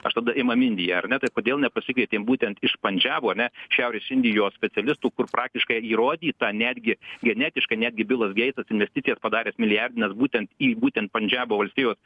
aš tada imam indiją ar ne tai kodėl nepasikvietėm būtent iš pandžabo ar ne šiaurės indijos specialistų kur praktiškai įrodyta netgi genetiškai netgi bilas geitsas investicijas padaręs milijardines būtent į būtent pandžabo valstijos